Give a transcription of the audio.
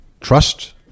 trust